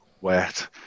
wet